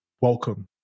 Welcome